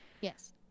Yes